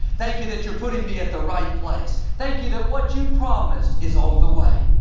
thank you that you're putting me at the right place. thank you that what you promised is on the way.